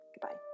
Goodbye